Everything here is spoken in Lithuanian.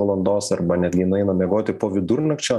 valandos arba netgi nueina miegoti po vidurnakčio